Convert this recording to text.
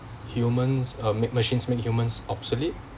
humans uh mac machines make humans obsolete